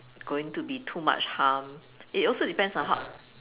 going to be too much harm it also depends on ho~